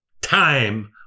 time